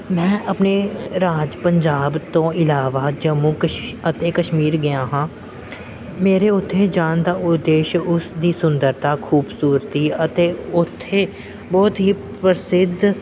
ਮੈਂ ਆਪਣੇ ਰਾਜ ਪੰਜਾਬ ਤੋਂ ਇਲਾਵਾ ਜੰਮੂ ਕਸ਼ ਅਤੇ ਕਸ਼ਮੀਰ ਗਿਆ ਹਾਂ ਮੇਰੇ ਉੱਥੇ ਜਾਣ ਦਾ ਉਦੇਸ਼ ਉਸ ਦੀ ਸੁੰਦਰਤਾ ਖੂਬਸੂਰਤੀ ਅਤੇ ਉੱਥੇ ਬਹੁਤ ਹੀ ਪ੍ਰਸਿੱਧ